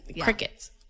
crickets